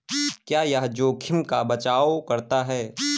क्या यह जोखिम का बचाओ करता है?